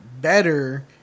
better